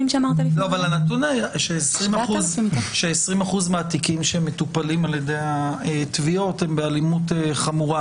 הנתון ש-20 אחוזים מהתיקים שמטופלים על ידי התביעות הם באלימות חמורה.